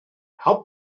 how